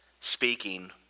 speaking